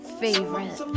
favorite